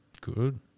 Good